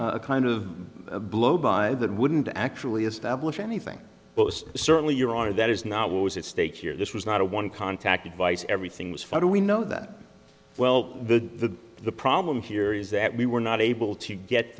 a kind of a blow by that wouldn't actually establish anything but certainly your honor that is not what was its stake here this was not a one contact advice everything was for we know that well the problem here is that we were not able to get